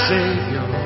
Savior